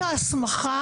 מחייבים,